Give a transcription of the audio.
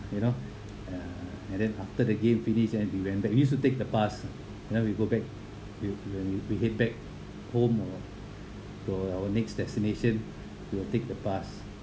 you know uh and then after the game finish and we went back we used to take the bus you know we go back we we head back home or to our next destination to take the bus